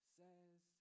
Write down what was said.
says